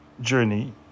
journey